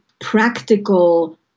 practical